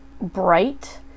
Bright